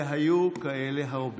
והיו כאלה הרבה.